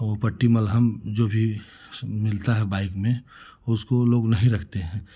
वह पट्टी मलहम जो भी मिलता है बाइक में उसको वह लोग नहीं रखते हैं